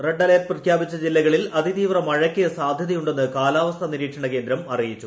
red alert പ്രഖ്യാപിച്ച ജില്ലകളിൽ അതിതീവ്ര മഴയ്ക്ക് സാധ്യതയുണ്ടെന്ന് കാലാവസ്ഥാ നിരീക്ഷണ കേന്ദ്രം അറിയിച്ചു